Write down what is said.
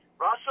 Russell